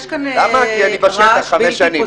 יש כאן רעש בלתי-פוסק.